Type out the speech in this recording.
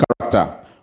character